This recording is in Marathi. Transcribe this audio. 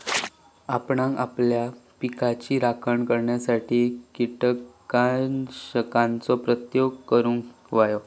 आपणांक आपल्या पिकाची राखण करण्यासाठी कीटकनाशकांचो प्रयोग करूंक व्हयो